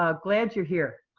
ah glad you're here.